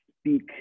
speak